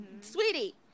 sweetie